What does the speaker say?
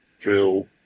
drill